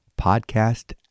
podcast